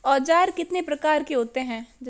औज़ार कितने प्रकार के होते हैं?